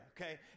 okay